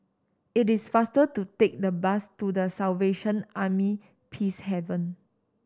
it is faster to take the bus to The Salvation Army Peacehaven